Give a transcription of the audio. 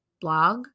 blog